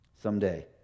someday